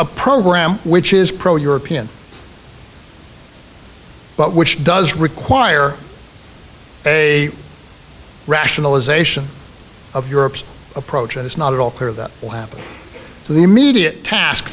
a program which is pro european but which does require a rationalization of europe's approach it is not at all clear that will happen in the immediate task